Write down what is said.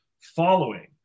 following